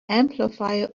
amplifier